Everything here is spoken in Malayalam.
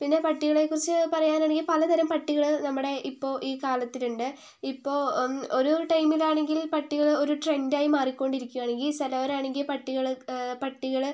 പിന്നെ പട്ടികളെക്കുറിച്ച് പറയാനാണെങ്കിൽ പലതരം പട്ടികൾ നമ്മുടെ ഇപ്പോൾ ഈ കാലത്തിൽ ഉണ്ട് ഇപ്പോൾ ഒരു ടൈമിലാണെങ്കിൽ പട്ടികള് ഒരു ട്രെൻഡായി മാറിക്കൊണ്ടിരിക്കുവാണ് ഈ ചിലവരാണെങ്കിൽ പട്ടികള് പട്ടികള്